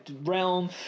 realm